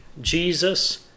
Jesus